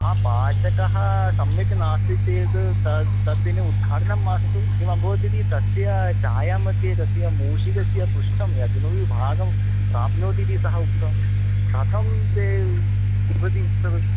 हा पाचकः सम्यक् नास्ति चेद् तद् तद्दिने उद्घाटनं मास्तु किमभवत् इति तस्य चायामध्ये तस्य मूषकस्य पृष्टं या किमपि भागं प्राप्नोति इति सः उक्तं कथं ते पिबन्ति तद्